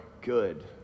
good